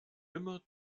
immer